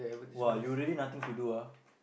!wah! you really nothing to do ah